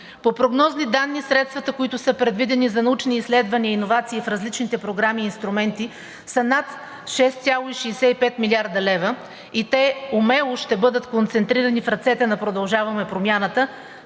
По прогнозни данни средствата, които са предвидени за научни изследвания и иновации в различните програми и инструменти, са над 6,65 млрд. лв. и те умело ще бъдат концентрирани в ръцете на „Продължаваме Промяната“